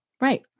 Right